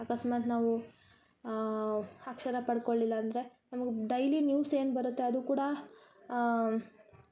ಅಕಸ್ಮಾತು ನಾವು ಅಕ್ಷರ ಪಡ್ಕೊಳ್ಲಿಲ್ಲ ಅಂದರೆ ನಮಗ ಡೈಲಿ ನ್ಯೂಸ್ ಏನು ಬರತ್ತೆ ಅದು ಕೂಡ